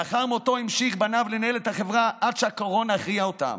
לאחר מותו המשיכו בניו לנהל את החברה עד שהקורונה הכריעה אותם.